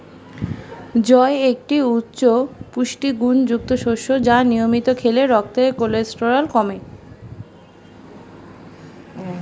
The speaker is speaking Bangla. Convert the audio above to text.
জই একটি উচ্চ পুষ্টিগুণযুক্ত শস্য যা নিয়মিত খেলে রক্তের কোলেস্টেরল কমে